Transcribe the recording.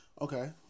Okay